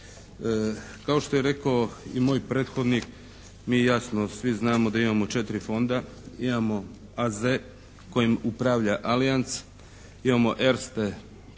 Kao što je rekao i moj prethodnik mi jasno svi znamo da imamo 4 fonda. Imamo AZ kojim upravlja Alliantz, imamo Erste